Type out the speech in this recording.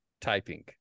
typing